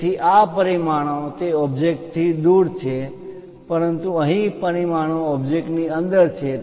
તેથી આ પરિમાણો તે ઓબ્જેક્ટ થી દૂર છે પરંતુ અહીં પરિમાણો ઓબ્જેક્ટ ની અંદર છે